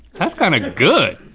that's kinda good.